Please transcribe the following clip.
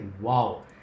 wow